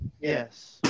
Yes